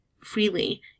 freely